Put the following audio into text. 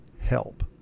help